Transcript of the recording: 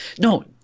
No